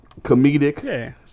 comedic